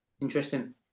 interesting